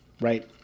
right